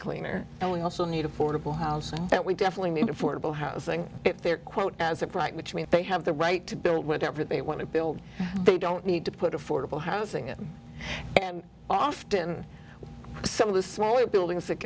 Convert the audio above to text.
cleaner and we also need affordable housing that we definitely need affordable housing there quote as of right which means they have the right to build whatever they want to build they don't need to put affordable housing often some of the smaller buildings t